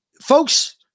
folks